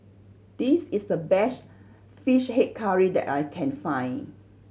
this is the best Fish Head Curry that I can find